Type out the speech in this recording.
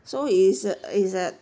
so is uh it's at